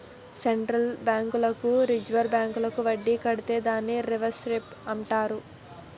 central బ్యాంకులకు reserve bank వడ్డీ కడితే దాన్ని రివర్స్ రెపో అంటారు